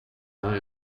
not